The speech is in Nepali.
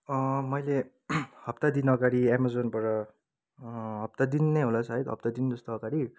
मैले हप्तादिन अगाडि एमाजोनबाट हप्ता दिन नै होला सायद हप्ता दिन जस्तो अगाडि